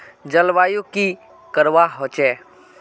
जलवायु की करवा होचे?